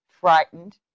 frightened